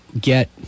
get